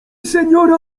seniora